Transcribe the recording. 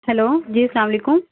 hello جی السلام علیکم